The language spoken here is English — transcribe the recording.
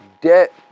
debt